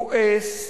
כועס,